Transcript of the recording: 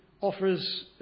offers